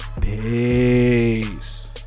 Peace